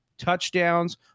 touchdowns